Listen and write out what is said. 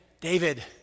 David